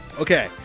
Okay